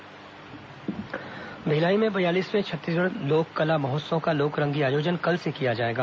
भिलाई लोक कला महोत्सव भिलाई में बयालीसवें छत्तीसगढ़ लोक कला महोत्सव का लोक रंगी आयोजन कल से किया जाएगा